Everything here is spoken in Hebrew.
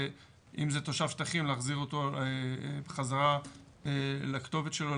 אם זה תושב שטחים להחזיר אותו בחזרה לכתובת שלו,